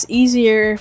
easier